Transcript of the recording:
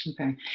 Okay